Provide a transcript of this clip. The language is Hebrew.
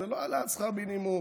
זה לא העלאת שכר מינימום